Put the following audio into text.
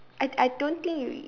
I I don't think you eat